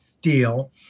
deal